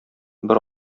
бер